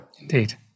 Indeed